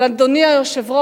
אבל, אדוני היושב-ראש,